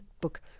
Book